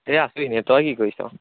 এই আছোঁ এনে তই কি কৰিছ